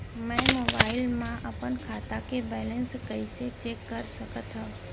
मैं मोबाइल मा अपन खाता के बैलेन्स कइसे चेक कर सकत हव?